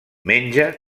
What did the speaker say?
menja